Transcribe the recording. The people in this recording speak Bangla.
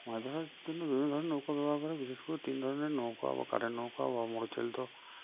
মাছ ধরার জন্য বিভিন্ন ধরনের নৌকা ব্যবহার করে বিশেষ করে তিন ধরনের নৌকা বা কারেন্ট নৌকো বা মোটর চালিত